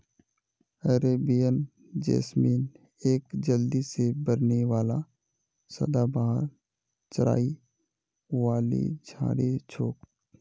Arabian jasmine एक जल्दी से बढ़ने वाला सदाबहार चढ़ाई वाली झाड़ी छोक